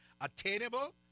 attainable